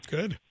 Good